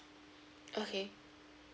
okay